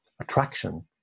attraction